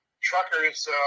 truckers